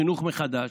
חינוך מחדש,